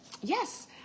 yes